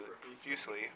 profusely